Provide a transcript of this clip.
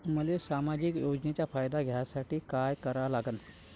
मले सामाजिक योजनेचा फायदा घ्यासाठी काय करा लागन?